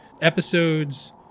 episodes